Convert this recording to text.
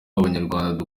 abanyarwanda